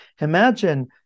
imagine